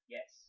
Yes